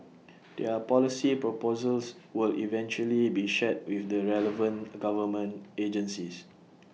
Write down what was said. their policy proposals will eventually be shared with the relevant government agencies